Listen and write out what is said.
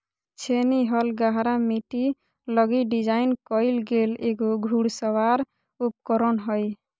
छेनी हल गहरा मिट्टी लगी डिज़ाइन कइल गेल एगो घुड़सवार उपकरण हइ